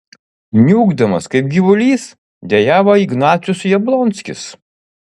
niūkdamas kaip gyvulys dejavo ignacius jablonskis